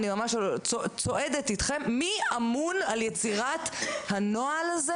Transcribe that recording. אני ממש צועדת אתכם על יצירת הנוהל הזה